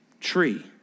tree